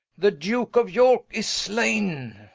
the duke of yorke is slaine